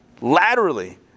laterally